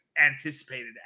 anticipated